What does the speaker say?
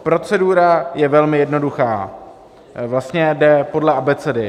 Procedura je velmi jednoduchá, vlastně jde podle abecedy.